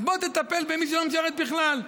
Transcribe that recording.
אז בוא תטפל במי שלא משרת בכלל.